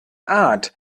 art